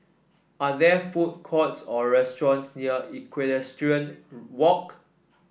are there food courts or restaurants near Equestrian Walk